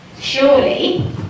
surely